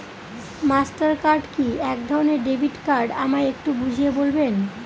Master card কি একধরণের debit card আমায় একটু বুঝিয়ে বলবেন?